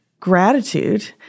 gratitude